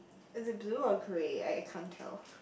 is it blue or grey I I can't tell